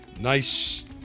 Nice